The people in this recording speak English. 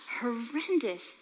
horrendous